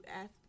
ask